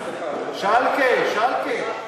שאלקה, שאלקה.